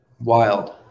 wild